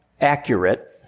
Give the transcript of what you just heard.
accurate